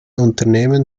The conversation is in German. unternehmen